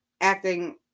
acting